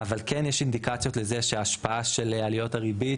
אבל כן יש אינדיקציות לזה שההשפעה של עליות הריבית,